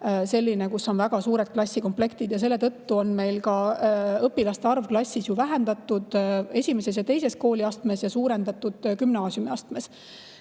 selline, kus on väga suured klassikomplektid. Selle tõttu on meil õpilaste arvu klassis vähendatud esimeses ja teises kooliastmes ning suurendatud gümnaasiumiastmes.